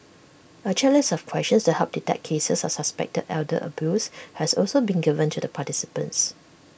A checklist of questions to help detect cases of suspected elder abuse has also been given to the participants